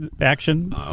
action